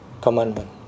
commandment